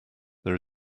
there